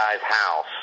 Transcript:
house